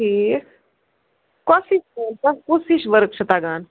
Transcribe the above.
ٹھیٖک کۄس ہِش کپم کُس ہِش ؤرک چھِ تگان